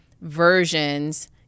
versions